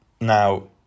now